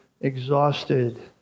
exhausted